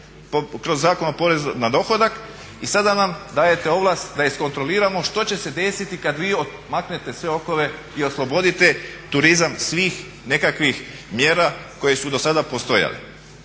kroz Zakon o porezu na dohodak i sada nam dajete ovlast da iskontroliramo što će se desiti kada vi maknete sve okove i oslobodite turizam svih nekakvih mjera koje su do sada postojale.